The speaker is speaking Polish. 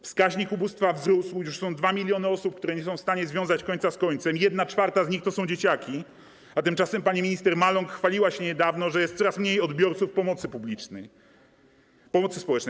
Wskaźnik ubóstwa wzrósł, już są 2 mln osób, które nie są w stanie związać końca z końcem, 1/4 z nich to są dzieciaki, a tymczasem pani minister Maląg chwaliła się niedawno, że jest coraz mniej odbiorców pomocy społecznej.